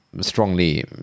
strongly